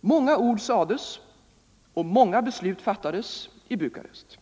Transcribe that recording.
Många ord sades och många beslut fattades i Bukarest.